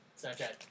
Snapchat